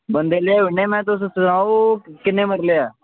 बंदे लेई ओड़ने आं में तुस सनाओ किन्ने मरले ऐ